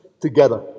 together